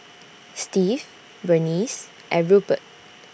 Steve Burnice and Rupert